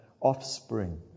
offspring